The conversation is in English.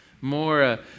More